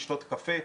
לשתות קפה?